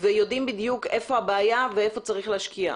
ויודעים בדיוק איפה הבעיה ואיפה צריך להשקיע?